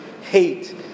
hate